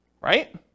right